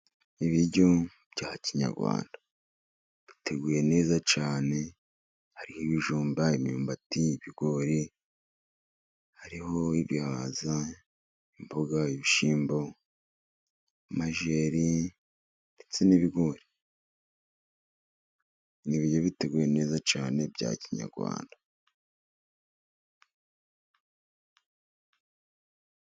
Ibiryo bya kinyarwanda biteguye neza cyane hariho ibijumba, imyumbati, ibigori, hariho ibihaza, imboga, ibishyimbo, amajeri, ndetse n'ibigori. Ni ibiryo biteguye neza cyane bya kinyarwanda.